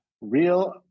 real-